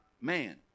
man